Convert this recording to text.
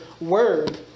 word